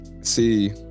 See